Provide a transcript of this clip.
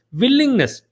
willingness